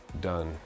done